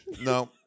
No